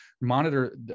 monitor